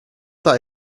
that